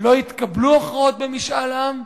לא התקבלו הכרעות במשאל עם,